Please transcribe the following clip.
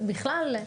בכלל.